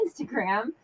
Instagram